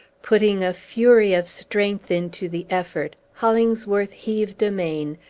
putting a fury of strength into the effort, hollingsworth heaved amain,